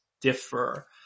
differ